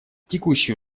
текущие